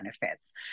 benefits